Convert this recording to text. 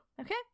Okay